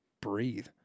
breathe